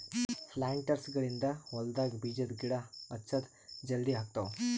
ಪ್ಲಾಂಟರ್ಸ್ಗ ಗಳಿಂದ್ ಹೊಲ್ಡಾಗ್ ಬೀಜದ ಗಿಡ ಹಚ್ಚದ್ ಜಲದಿ ಆಗ್ತಾವ್